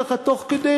ככה תוך כדי,